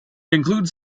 includes